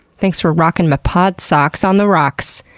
thanks for rocking my pod-socks on the rocks!